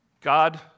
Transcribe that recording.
God